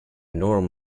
norm